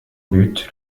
but